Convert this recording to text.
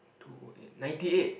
two oh eight ninety eight